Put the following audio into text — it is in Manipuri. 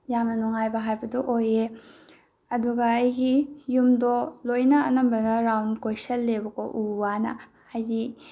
ꯌꯥꯝꯅ ꯅꯨꯡꯉꯥꯏꯕ ꯍꯥꯏꯕꯗꯣ ꯑꯣꯏꯌꯦ ꯑꯗꯨꯒ ꯑꯩꯒꯤ ꯌꯨꯝꯗꯣ ꯂꯣꯏꯅ ꯑꯅꯝꯕꯅ ꯔꯥꯎꯟ ꯀꯣꯏꯁꯤꯟꯂꯦꯕꯀꯣ ꯎ ꯋꯥꯅ ꯍꯥꯏꯗꯤ